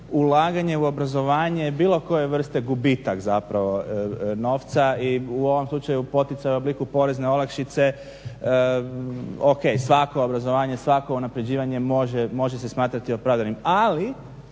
ulaganje u obrazovanje bilo koje vrste gubitak zapravo novca i u ovom slučaju poticaj u obliku porezne olakšice. Ok, svako obrazovanje, svako unapređivanje može se smatrati opravdanim ali